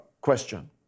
question